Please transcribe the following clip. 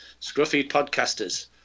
Scruffypodcasters